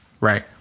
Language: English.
right